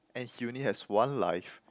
and he only has one life